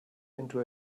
into